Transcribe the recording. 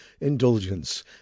indulgence